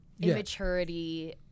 immaturity